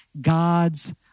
God's